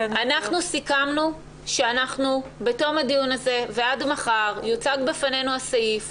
סיכמנו שבתום הדיון הזה ועד מחר יוצג בפנינו הסעיף,